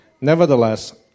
Nevertheless